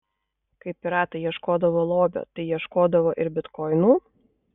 kai piratai ieškodavo lobio tai ieškodavo ir bitkoinų